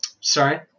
Sorry